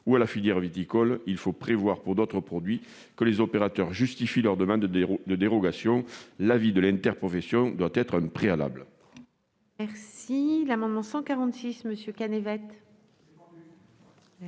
ou à la filière viticole, il faut prévoir pour d'autres produits que les opérateurs justifient leur demande de dérogation. L'avis de l'interprofession doit être un préalable.